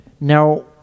Now